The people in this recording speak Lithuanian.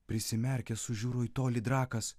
prisimerkęs sužiuro į tolį drakas